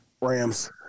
Rams